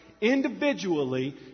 individually